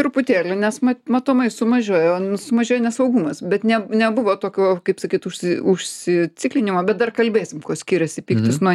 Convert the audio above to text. truputėlį nes ma matomai sumažėjo sumažėjo nesaugumas bet ne nebuvo tokio kaip sakyt užsi užsiciklinimo bet dar kalbėsim kuo skiriasi pyktis nuo